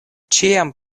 ĉiam